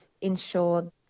ensure